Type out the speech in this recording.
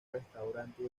restaurante